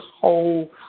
whole